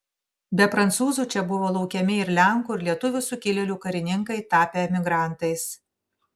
be prancūzų čia buvo laukiami ir lenkų ir lietuvių sukilėlių karininkai tapę emigrantais